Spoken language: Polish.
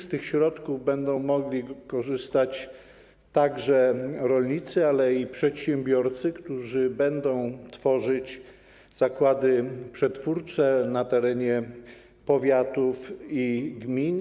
Z tych środków będą mogli korzystać rolnicy, ale i przedsiębiorcy, którzy będą tworzyć zakłady przetwórcze na terenie powiatów i gmin.